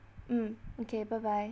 mm okay bye bye